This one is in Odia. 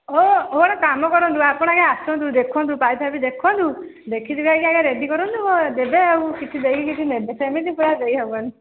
ହଉ ହଉ ଗୋଟେ କାମ କରନ୍ତୁ ଆପଣ ଆଗେ ଆସନ୍ତୁ ଦେଖନ୍ତୁ ପାଇପ୍ ଫାଇପ୍ ଦେଖନ୍ତୁ ଦେଖିକି ଆଗ ଆଗେ ରେଡ଼ି କରନ୍ତୁ ଦେବେ ଆଉ କିଛି ଦେଇକି କିଛି ନେବେ ସେମିତି ପୁରା ଦେଇ ହେବନି